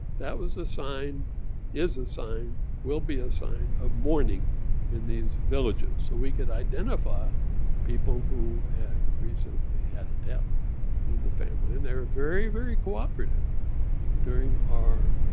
that was a sign is a sign will be a sign of mourning in these villages. so we could identify people who had recently had a death in the family. and they're very, very cooperative during our